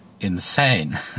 insane